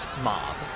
mob